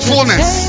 Fullness